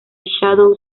shadow